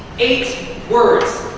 eight words.